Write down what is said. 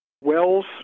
Wells